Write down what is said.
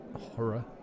horror